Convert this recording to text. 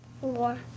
Four